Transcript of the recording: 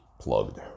plugged